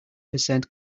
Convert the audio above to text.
percent